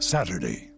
Saturday